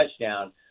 touchdown